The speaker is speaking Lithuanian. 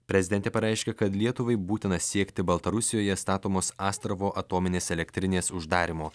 prezidentė pareiškė kad lietuvai būtina siekti baltarusijoje statomos astravo atominės elektrinės uždarymo